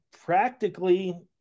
practically